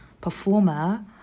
performer